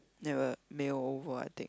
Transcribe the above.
never mail over I think